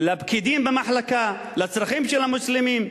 לפקידים במחלקה, לצרכים של המוסלמים,